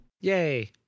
Yay